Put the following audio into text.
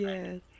Yes